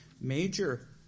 major